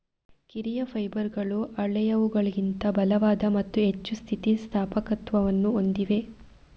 ಕಿರಿಯ ಫೈಬರ್ಗಳು ಹಳೆಯವುಗಳಿಗಿಂತ ಬಲವಾದ ಮತ್ತು ಹೆಚ್ಚು ಸ್ಥಿತಿ ಸ್ಥಾಪಕತ್ವವನ್ನು ಹೊಂದಿವೆ